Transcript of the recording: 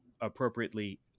appropriately